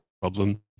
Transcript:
problem